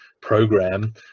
program